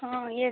ହଁ ୟେସ୍